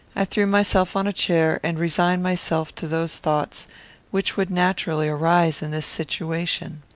i threw myself on a chair and resigned myself to those thoughts which would naturally arise in this situation.